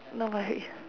no worries